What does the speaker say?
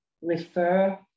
refer